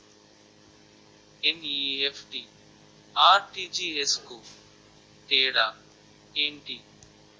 NEFT, RTGS కు తేడా ఏంటి?